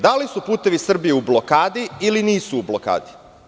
Da li su "Putevi Srbije" u blokadi ili nisu u blokadi?